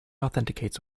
authenticates